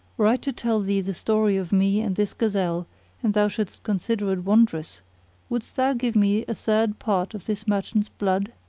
were i to tell thee the story of me and this gazelle and thou shouldst consider it wondrous wouldst thou give me a third part of this merchant's blood?